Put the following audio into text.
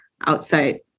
Outside